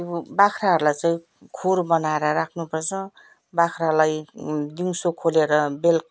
बाख्राहरूलाई चाहिँ खोर बनाएर राख्नु पर्छ बाख्रालाई दिउँसो खोलेर बेल